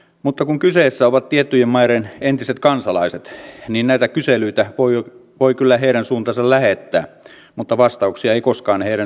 mutta kun kyseessä ovat tiettyjen maiden entiset kansalaiset niin näitä kyselyitä voi kyllä heidän suuntaansa lähettää mutta vastauksia ei koskaan heidän suunnastaan tule